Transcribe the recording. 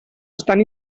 estan